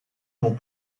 non